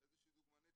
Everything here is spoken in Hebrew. איזושהי דוגמנית,